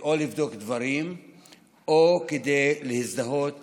או כדי לבדוק דברים או כדי להזדהות